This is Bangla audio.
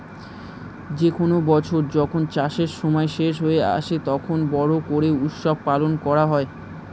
যে কোনো বছর যখন চাষের সময় শেষ হয়ে আসে, তখন বড়ো করে উৎসব পালন করা হয়